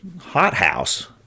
hothouse